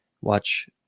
watch